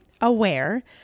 aware